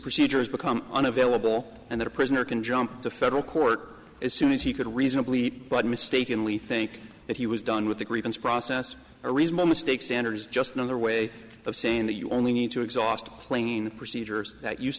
procedures become unavailable and the prisoner can jump to federal court as soon as he could reasonably but mistakenly think that he was done with the grievance process a reasonable mistake standard is just another way of saying that you only need to exhaust plain procedures that used